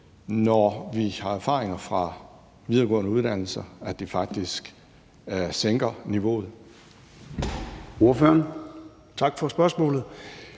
når vi har erfaringer fra videregående uddannelser for, at det faktisk sænker niveauet?